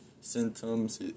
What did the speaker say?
symptoms